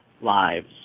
lives